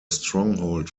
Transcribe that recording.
stronghold